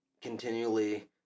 continually